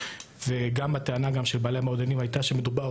וגם הטענה של בעלי המועדונים הייתה שמדובר